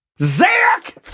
Zach